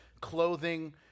clothing